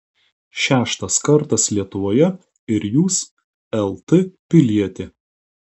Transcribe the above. šeštas kartas lietuvoje ir jūs lt pilietė